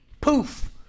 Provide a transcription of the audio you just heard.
Poof